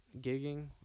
gigging